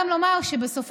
חייב